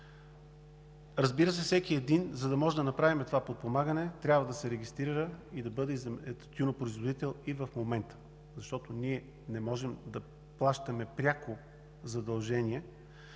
периоди. Всеки един, за да можем да направим това подпомагане, трябва да се регистрира и да бъде тютюнопроизводител и в момента, защото ние не можем да плащаме пряко задължения.